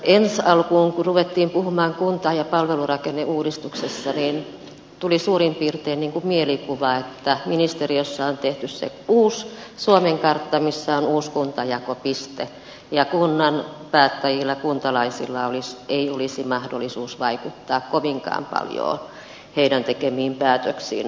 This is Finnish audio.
ensi alkuun kun ruvettiin puhumaan kunta ja palvelurakenneuudistuksesta niin tuli suurin piirtein niin kuin mielikuva että ministeriössä on tehty se uusi suomen kartta missä on uusi kuntajako piste ja kunnan päättäjillä kuntalaisilla ei olisi mahdollisuutta vaikuttaa kovinkaan paljon heidän tekemiinsä päätöksiin